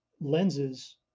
Lenses